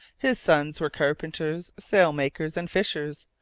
his sons were carpenters, sailmakers, and fishers,